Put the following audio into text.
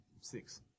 Six